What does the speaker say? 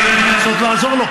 לנסות לעזור לו,